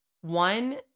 One